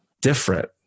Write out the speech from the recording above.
different